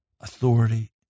authority